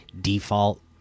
default